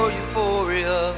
euphoria